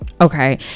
Okay